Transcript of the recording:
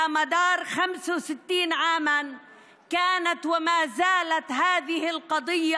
65 שנים הסיפור הזה היה ועודנו הסוגיה